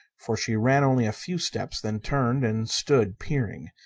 for she ran only a few steps, then turned and stood peering.